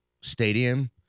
stadium